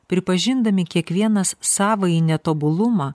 pripažindami kiekvienas savąjį netobulumą